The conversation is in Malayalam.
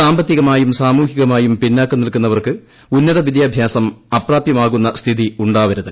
സാമ്പത്തികമായും സാമൂഹികമായും പിന്നാക്കം നിൽക്കുന്നവർക്ക് ഉന്നത വിദ്യാഭ്യാസം അപ്രാപൃമാകുന്ന സ്ഥിതി ഉണ്ടാവരുത്